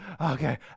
okay